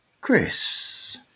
Chris